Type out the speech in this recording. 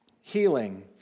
healing